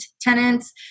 tenants